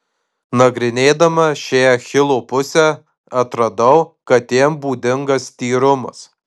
nagrinėdama šią achilo pusę atradau kad jam būdingas tyrumas